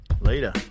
later